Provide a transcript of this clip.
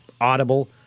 Audible